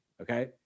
Okay